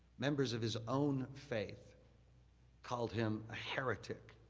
members of his own faith called him a heretic.